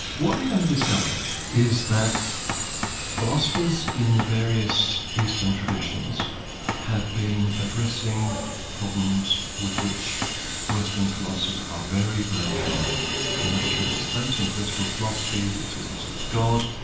what they're going to discover is that philosophers in the various eastern traditions have been addressing problems with which western philosophers are very, very familiar the nature of the state and political philosophy, the existence of god,